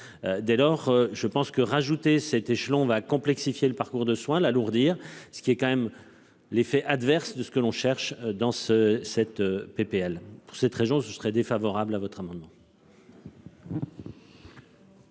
Dès lors, je pense que rajouter cet échelon va complexifier le parcours de soins l'alourdir. Ce qui est quand même l'effet adverse de ce que l'on cherche dans ce cette PPL cette région ce serait défavorable à votre amendement.